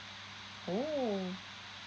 oh